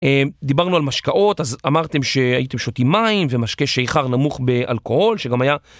דיברנו על משקאות, אז אמרתם שהייתם שותים מים, ומשקה שיכר נמוך באלכוהול, שגם היה...